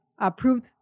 approved